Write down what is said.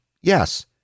Yes